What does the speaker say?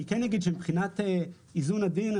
אני כן אומר שמבחינת איזון עדין,